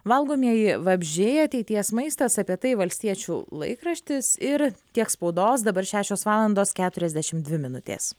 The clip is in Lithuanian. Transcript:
valgomieji vabzdžiai ateities maistas apie tai valstiečių laikraštis ir kiek spaudos dabar šešios valandos keturiasdešimt dvi minutės